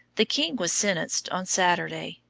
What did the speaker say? the king was sentenced on saturday.